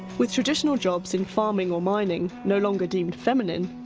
with traditional jobs in farming or mining no longer deemed feminine,